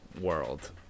world